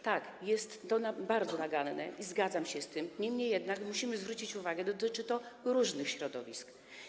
Tak, jest to bardzo naganne i zgadzam się z tym, niemniej jednak musimy zwrócić uwagę, że dotyczy to różnych środowisk.